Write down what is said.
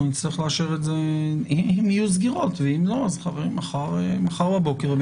אז חברים, מחר בבוקר.